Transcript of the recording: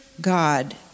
God